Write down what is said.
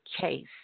case